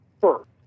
first